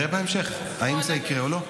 נראה בהמשך אם זה יקרה או לא.